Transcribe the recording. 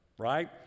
Right